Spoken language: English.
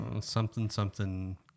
something-something